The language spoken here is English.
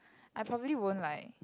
I probably won't like